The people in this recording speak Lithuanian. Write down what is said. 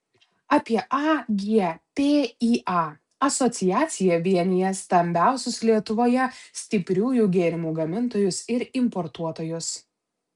apie agpįa asociacija vienija stambiausius lietuvoje stipriųjų gėrimų gamintojus ir importuotojus